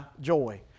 joy